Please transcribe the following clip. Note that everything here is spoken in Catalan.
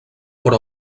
però